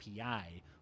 API